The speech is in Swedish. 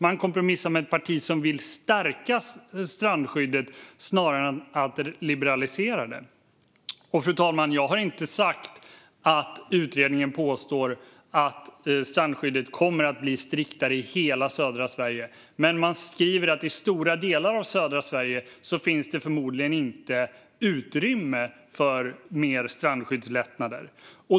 Man kompromissar med ett parti som vill stärka strandskyddet snarare än liberalisera det. Fru talman! Jag har inte sagt att utredningen påstår att strandskyddet kommer att bli striktare i hela södra Sverige. Men man skriver att i stora delar av södra Sverige finns det förmodligen inte utrymme för mer strandskyddslättnader.